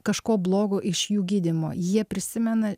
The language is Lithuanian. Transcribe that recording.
kažko blogo iš jų gydymo jie prisimena